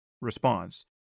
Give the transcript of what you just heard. response